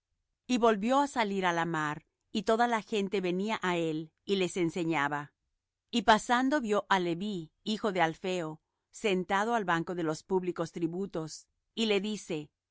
y volvió á salir á la mar y toda la gente venía á él y los enseñaba y pasando vió á leví hijo de alfeo sentado al banco de los públicos tributos y le dice